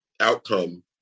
outcome